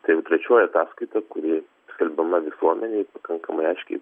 tai trečioji ataskaita kuri skelbiama visuomenei pakankamai aiškiai